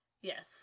Yes